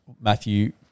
Matthew